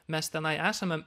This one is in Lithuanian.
mes tenai esame